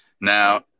now